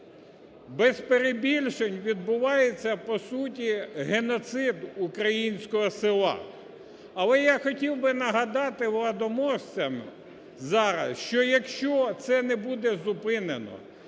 Без перебільшень відбувається по суті геноцид українського села. Але я хотів би нагадати владоможцям зараз, що якщо це не буде зупинено,